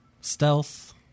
stealth